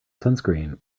sunscreen